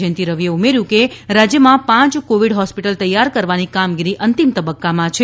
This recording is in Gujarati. જયંતિ રવિએ ઉમેર્યું કે રાજ્યમાં પાંચ કોવિડ હોસ્પિટલ તૈયાર કરવાની કામગીરી અંતિમ તબક્કામાં છે